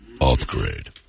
upgrade